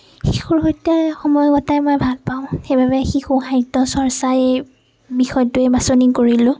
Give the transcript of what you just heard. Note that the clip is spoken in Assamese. শিশুৰ সৈতে সময় কটাই মই ভাল পাওঁ সেইবাবেই শিশু সাহিত্য চৰ্চাই বিষয়টোৱেই বাছনি কৰিলোঁ